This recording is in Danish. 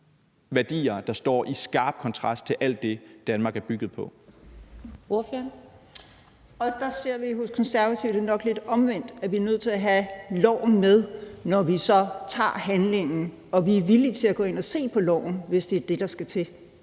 Ordføreren. Kl. 14:54 Helle Bonnesen (KF): Der ser vi i Konservative det nok lidt omvendt, nemlig at vi er nødt til at have loven med, når vi så tager handlingen. Vi er villige til at gå ind og se på loven, hvis det er det, der skal til,